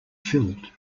filled